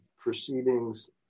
proceedings